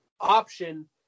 option